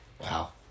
Wow